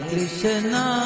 Krishna